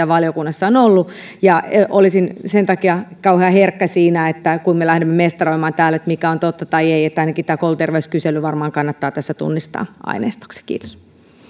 valiokunnassa on ollut ja olisin sen takia kauhean herkkä siinä että kun me lähdemme mestaroimaan täällä mikä on totta tai ei niin ainakin tämä kouluterveyskysely varmaan kannattaa tässä tunnistaa aineistoksi kiitos